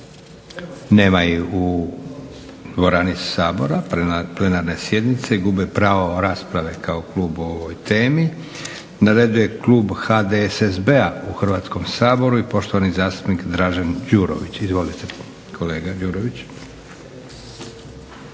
nema ih u dvorani Sabora plenarne sjednice, gube pravo rasprave kao klub o ovoj temi. Na redu je Klub HDSSB-a u Hrvatskom saboru i poštovani zastupnik Dražen Đurović. Izvolite kolega Đurović.